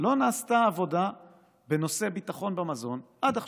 עבודה בנושא ביטחון במזון עד עכשיו.